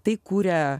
tai kuria